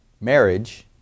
Marriage